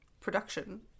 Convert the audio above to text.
production